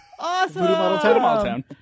Awesome